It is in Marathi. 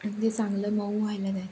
अगदी चांगलं मऊ व्हायला द्यायचं